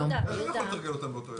איך אני יכול לתרגל אותם באותו יום?